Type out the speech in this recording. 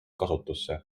kasutusse